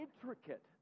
intricate